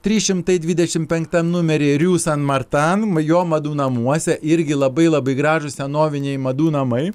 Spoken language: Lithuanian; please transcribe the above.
trys šimtai dvidešim penktam numery riū san martanm jo madų namuose irgi labai labai gražūs senoviniai madų namai